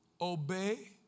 Obey